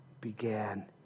began